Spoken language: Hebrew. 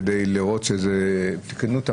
כדי לראות את התקינות.